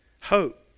hope